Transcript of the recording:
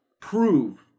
prove